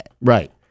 Right